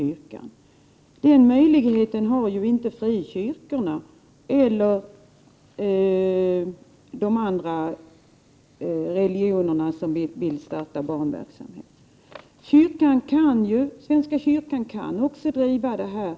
Den möjligheten har inte de andra samfunden. Svenska kyrkan kan också få statsbidrag.